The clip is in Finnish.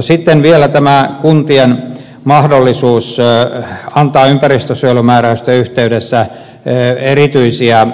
sitten vielä tämä kuntien mahdollisuus antaa ympäristönsuojelumääräysten yhteydessä erityisiä